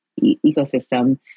ecosystem